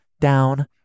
down